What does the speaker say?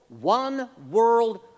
One-world